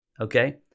okay